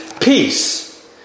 Peace